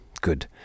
good